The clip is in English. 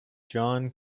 john